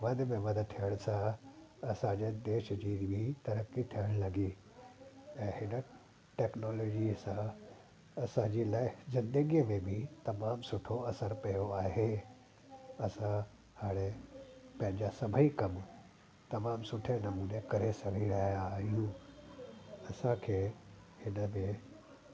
वध में वध थियण सां असां जे देश जी बि तरक़ी थियणु लॻी ऐं हिन टेक्नोलोजीअ सां असां जे लाइ ज़िदगीअ में बि तमामु सुठो असरु पियो आहे असां हाणे पंहिंजा सभेई कमु तमामु सुठे नमूने करे सघी रहिया आहियूं असां खे हिन में